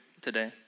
today